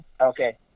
Okay